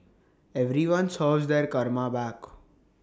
everyone serves their karma back